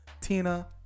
Tina